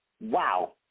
Wow